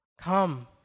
Come